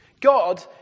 God